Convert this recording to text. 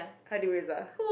Hardy-Mirza